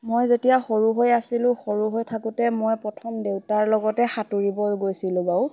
মই যেতিয়া সৰু হৈ আছিলোঁ সৰু হৈ থাকোঁতে মই প্ৰথম দেউতাৰ লগতে সাঁতুৰিব গৈছিলোঁ ব বাও